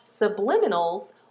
subliminals